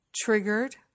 Triggered